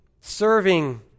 serving